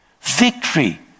Victory